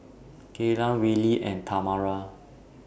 Kaylan Willie and Tamara